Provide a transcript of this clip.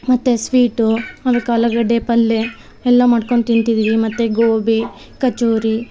ಮತ್ತು ಸ್ವೀಟು ಅದಕ್ಕೆ ಆಲೂಗಡ್ಡೆ ಪಲ್ಯ ಎಲ್ಲ ಮಾಡ್ಕೊಂಡು ತಿಂತಿದೀವಿ ಮತ್ತು ಗೋಬಿ ಕಚೋರಿ